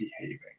behaving